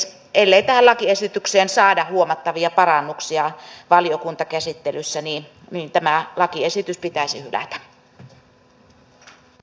ellei tähän lakiesitykseen saada huomattavia parannuksia valiokuntakäsittelyssä niin tämä lakiesitys pitäisi hylätä